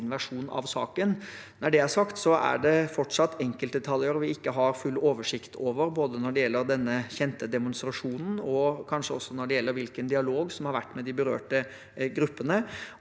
versjon av saken. Når det er sagt, er det fortsatt enkeltdetaljer vi ikke har full oversikt over, både når det gjelder denne kjente demonstrasjonen, og kanskje også når det gjelder hvilken dialog som har vært med de berørte gruppene.